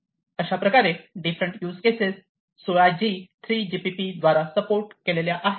अशाप्रकारे different use cases 16 G 3 GPP द्वारा support केलेल्या आहेत